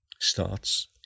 starts